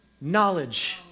knowledge